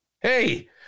hey